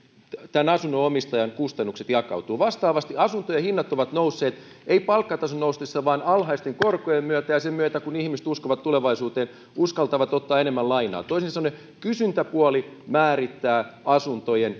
tämän asunnonomistajan kustannukset jakautuvat vastaavasti asuntojen hinnat eivät ole nousseet palkkatason noustessa vaan alhaisten korkojen myötä ja sen myötä että ihmiset uskovat tulevaisuuteen ja uskaltavat ottaa enemmän lainaa toisin sanoen kysyntäpuoli määrittää asuntojen